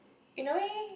in a way